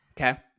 okay